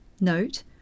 Note